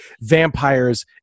vampires